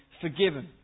forgiven